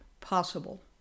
possible